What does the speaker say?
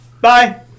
bye